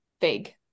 vague